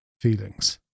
feelings